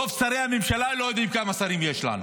רוב שרי הממשלה לא יודעים כמה שרים יש לנו